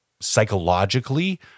psychologically